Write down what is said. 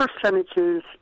percentages